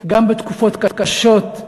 גם בתקופות קשות,